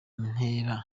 inkera